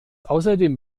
außerdem